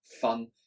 fun